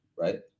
Right